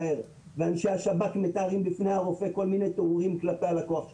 אנשי השב"כ מתארים בפני הרופא כל מיני תיאורים כלפי הלקוח שלי.